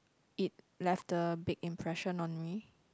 it left a big impression on me